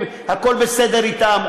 הכול בסדר אתם,